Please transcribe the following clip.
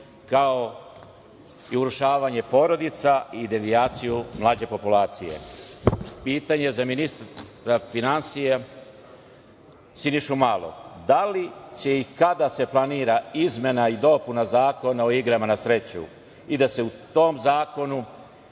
kao urušavanje porodica i devijaciju mlađe populacije? Pitanje za ministra finansija Sinišu Malog – da li će i kada se planira izmena i dopuna Zakona o igrama na sreću i da se u tom zakonu,